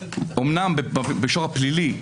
אומנם במישור הפלילי,